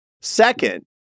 Second